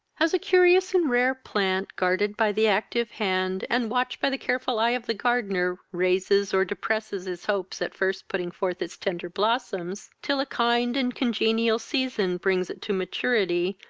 as a curious and rare plant, guarded by the active hand, and watched by the careful eye of the gardener, raises or depresses his hopes at first putting forth its tender blossoms, till a kind and congenial season brings it to maturity,